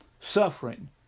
suffering